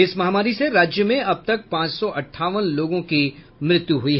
इस महामारी से राज्य में अब तक पांच सौ अंठावन लोगों की मृत्यु हुई है